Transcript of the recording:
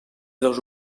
dos